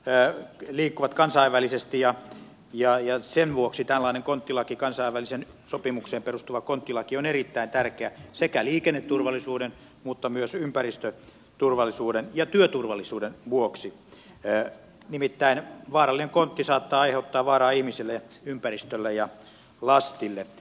kontithan liikkuvat kansainvälisesti ja sen vuoksi tällainen konttilaki kansainväliseen sopimukseen perustuva konttilaki on erittäin tärkeä sekä liikenneturvallisuuden että ympäristöturvallisuuden ja työturvallisuuden vuoksi nimittäin vaarallinen kontti saattaa aiheuttaa vaaraa ihmisille ympäristölle ja lastille